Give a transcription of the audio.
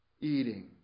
eating